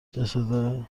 جسد